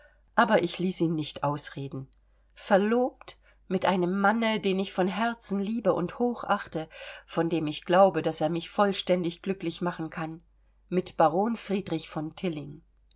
aber ich ließ ihn nicht ausreden verlobt mit einem manne den ich von herzen liebe und hochachte von dem ich glaube daß er mich vollständig glücklich machen kann mit baron friedrich von tilling